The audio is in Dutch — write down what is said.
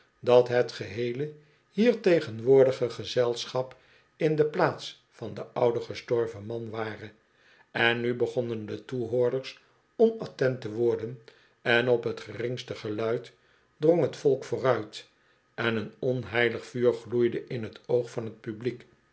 dat het geheele hier tegenwoordige gezelschap in de plaats van den ouden gestorven man ware en nu begonnen do toehoorders onattent te worden en op t geringste geluid drong het volk vooruit en een onheilig vuur gloeide in t oog van t publiek